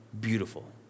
beautiful